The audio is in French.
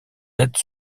aides